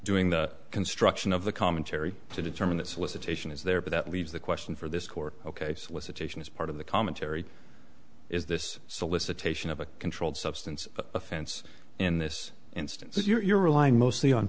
doing the construction of the commentary to determine that solicitation is there but that leaves the question for this court ok solicitation is part of the commentary is this solicitation of a controlled substance offense in this instance you're relying mostly on